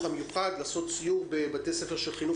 המיוחד לערוך סיור בבתי ספר של חינוך